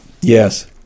yes